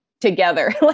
together